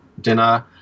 dinner